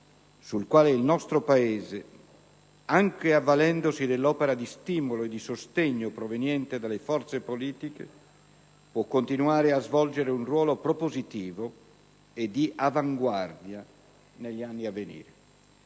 sul quale il nostro Paese, anche avvalendosi dell'opera di stimolo e sostegno proveniente dalle forze politiche, può continuare a svolgere un ruolo propositivo e di avanguardia negli anni a venire.